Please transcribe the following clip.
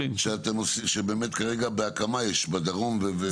שבאמת כרגע בהקמה יש בדרום.